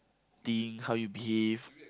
think how you behave